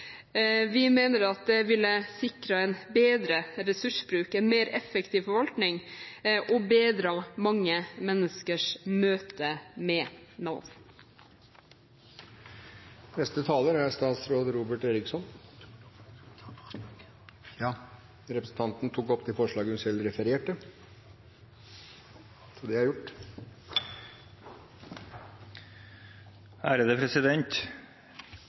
Vi mener at det ville sikret en bedre ressursbruk, en mer effektiv forvaltning og bedret mange menneskers møte med Nav. Representanten Kirsti Bergstø har tatt opp de forslagene hun refererte til. La meg først få lov til